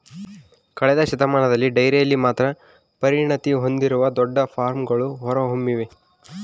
ಕಳೆದ ಶತಮಾನದಲ್ಲಿ ಡೈರಿಯಲ್ಲಿ ಮಾತ್ರ ಪರಿಣತಿ ಹೊಂದಿರುವ ದೊಡ್ಡ ಫಾರ್ಮ್ಗಳು ಹೊರಹೊಮ್ಮಿವೆ